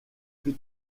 plus